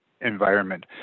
environment